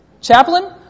chaplain